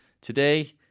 Today